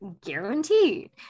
guaranteed